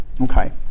okay